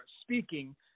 speaking